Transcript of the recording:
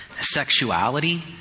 sexuality